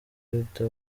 guhita